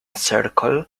circle